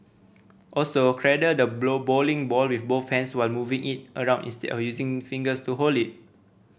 also cradle the bowling ball with both hands while moving it around instead of using the fingers to hold it